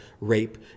rape